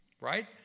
right